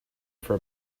for